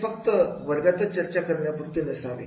हे फक्त वर्गात चर्चा करण्यापुरते नसावे